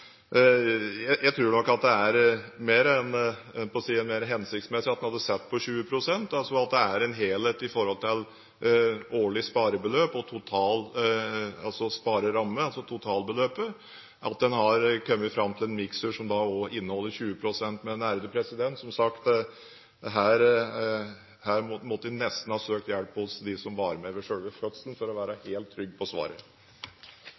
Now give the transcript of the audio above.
jeg må be om hjelp fra dem som var med på fødselen, men jeg tror nok det var hensiktsmessig at en satte den på 20 pst., og at det er en helhet sett i forhold til årlig sparebeløp og sparerammen, altså totalbeløpet, som gjør at en har kommet fram til en mikstur som da inneholder 20 pst. Men som sagt, her måtte jeg nesten ha søkt hjelp hos dem som var med ved selve fødselen, for å være helt trygg på svaret.